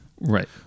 Right